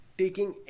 taking